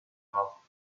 mort